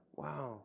wow